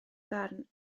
farn